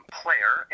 player